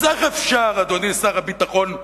אז איך אפשר, אדוני שר הביטחון,